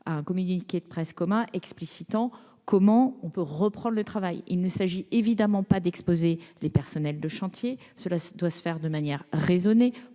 à un communiqué de presse commun explicitant comment on peut reprendre le travail. Il ne s'agit évidemment pas d'exposer les personnels de chantier. Cela doit se faire de manière raisonnée,